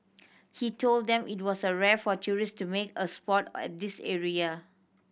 he told them it was a rare for tourists to make a spot at this area